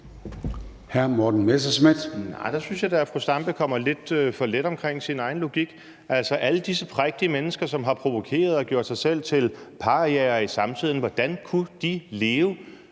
Hr. Morten Messerschmidt.